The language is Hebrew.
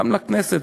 גם לכנסת.